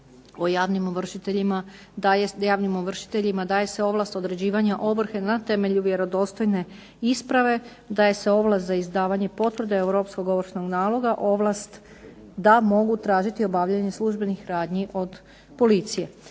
javnim ovršiteljima daje se ovlast određivanja ovrhe na temelju vjerodostojne isprave, daje se ovlast za izdavanje potvrde Europskog ovršnog naloga, ovlast da mogu tražiti obavljanje službenih radnji od policije.